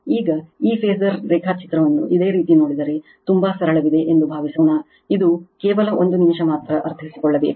ಈಗ ಈ ಫಾಸರ್ ರೇಖಾಚಿತ್ರವನ್ನು ಇದೇ ರೀತಿ ನೋಡಿದರೆ ತುಂಬಾ ಸರಳವಿದೆ ಎಂದು ಭಾವಿಸೋಣ ಇದು ಕೇವಲ ಒಂದು ನಿಮಿಷ ಮಾತ್ರ ಅರ್ಥೈಸಿಕೊಳ್ಳಬೇಕು